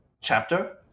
chapter